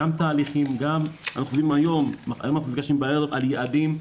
תהליכים והיום אנחנו נפגשים בערב לדון על יעדים.